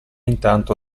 intanto